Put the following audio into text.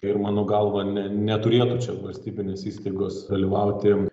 ir mano galva ne neturėtų čia valstybinės įstaigos dalyvauti